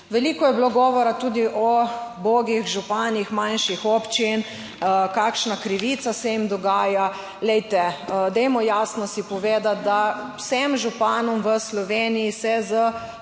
Veliko je bilo govora tudi o ubogih županih manjših občin kakšna krivica se jim dogaja. Glejte dajmo jasno si povedati, da vsem županom v Sloveniji se s